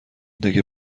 تکه